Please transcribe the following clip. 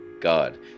god